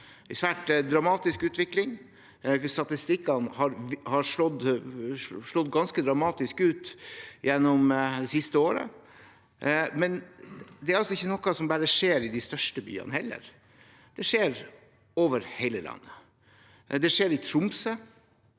Det er en svært dramatisk utvikling. Statistikkene har slått ganske dramatisk ut gjennom det siste året. Det er heller ikke noe som bare skjer i de største byene. Det skjer over hele landet. Det skjer i Tromsø.